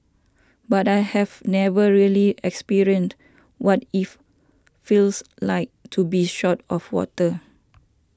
but I have never really experienced what it feels like to be short of water